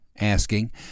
asking